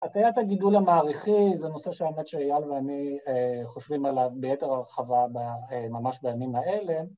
הטיית הגידול המעריכי, זה נושא שהאמת שאייל ואני חושבים עליו ביתר הרחבה ממש בימים האלה,